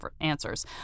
answers